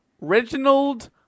Reginald